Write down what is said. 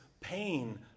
pain